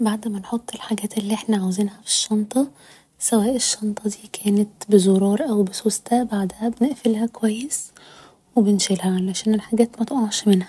بعد ما نحط الحاجات اللي احنا عاوزينها في الشنطة سواء الشنطة دي كانت بزرار او بسوستة بعدها بنقفلها كويس و بنشيلها عشان الحاجات متقعش منها